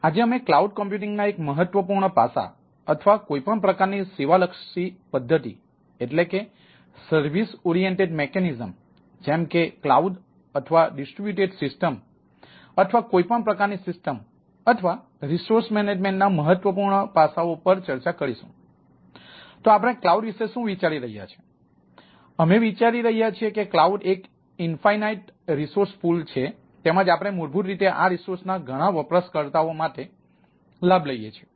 આજે અમે cloud computing છે તેમજ આપણે મૂળભૂત રીતે આ રિસોર્સના ઘણા વપરાશકર્તાઓ માટે લાભ લઈએ છીએ